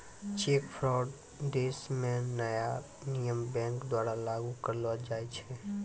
cheque fraud देश म नया नियम बैंक द्वारा लागू करलो जाय छै